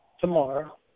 tomorrow